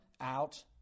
out